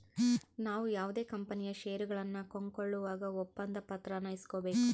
ನಾವು ಯಾವುದೇ ಕಂಪನಿಯ ಷೇರುಗಳನ್ನ ಕೊಂಕೊಳ್ಳುವಾಗ ಒಪ್ಪಂದ ಪತ್ರಾನ ಇಸ್ಕೊಬೇಕು